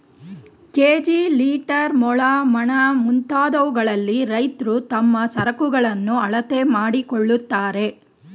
KG, litre, ಮೊಳ, ಮಣ, ಮುಂತಾದವುಗಳಲ್ಲಿ ರೈತ್ರು ತಮ್ಮ ಸರಕುಗಳನ್ನು ಅಳತೆ ಮಾಡಿಕೊಳ್ಳುತ್ತಾರೆ